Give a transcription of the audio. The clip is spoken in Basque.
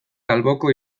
alboko